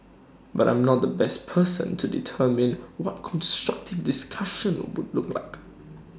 but I am not the best person to determine what constructive discussion would look like